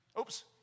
Oops